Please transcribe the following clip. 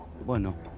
bueno